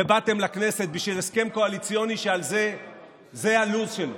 ובאתם לכנסת בשביל הסכם קואליציוני שזה הלוז שלו.